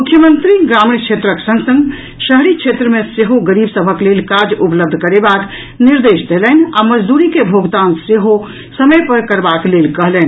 मुख्यमंत्री ग्रामीण क्षेत्रक संग संग शहरी क्षेत्र मे सेहो गरीब सबहक लेल काज उपलब्ध करेबाक निर्देश देलनि आ मजदूरी के भोगतान सेहो समय पर करबाक लेल कहलनि